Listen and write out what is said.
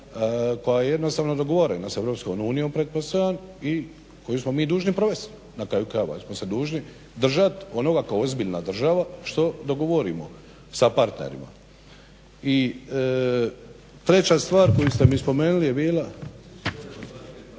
koja je jednostavno dogovorena sa EU pretpostavljam i koju smo mi dužni provesti na kraju krajeva jer smo se dužni držati onoga kao ozbiljna država što dogovorimo sa partnerima. I treća stvar koju ste mi spomenuli je bila